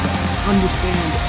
Understand